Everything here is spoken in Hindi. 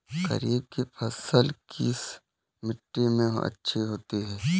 खरीफ की फसल किस मिट्टी में अच्छी होती है?